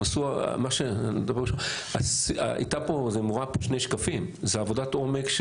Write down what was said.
זה כאן שני שקפים, זו עבודת עומק.